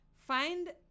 find